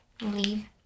Leave